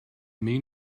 mean